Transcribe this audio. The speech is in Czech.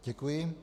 Děkuji.